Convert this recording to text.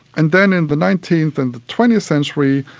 and then in the nineteenth and the twentieth century,